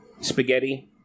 spaghetti